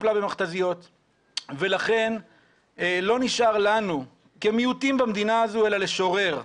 טופלה במכת"זיות ולכן לא נשאר לנו כמיעוטים במדינה הזו אלא לשורר.